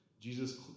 Jesus